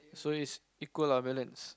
so is equal lah balance